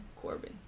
Corbin